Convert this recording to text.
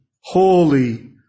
holy